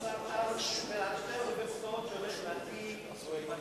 השר אז דיבר על שתי אוניברסיטאות שהוא עומד להקים בגליל,